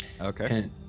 Okay